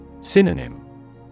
Synonym